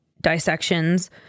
dissections